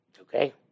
Okay